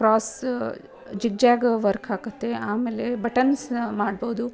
cross zigzag work ಹಾಕುತ್ತೆ ಆಮೇಲೆ ಬಟನ್ಸ್ನ ಮಾಡ್ಬೋದು